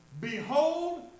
behold